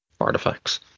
artifacts